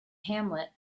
hamlet